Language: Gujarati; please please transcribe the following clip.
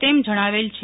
તેમ જણાવેલ છે